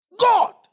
God